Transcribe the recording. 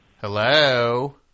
hello